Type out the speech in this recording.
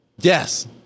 Yes